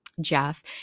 jeff